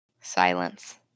Silence